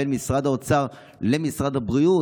בין משרד האוצר למשרד הבריאות.